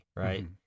Right